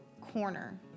corner